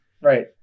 Right